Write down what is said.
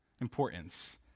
importance